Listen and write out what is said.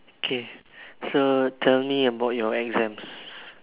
okay so tell me about your exams